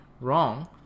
wrong